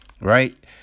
right